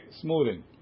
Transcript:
smoothing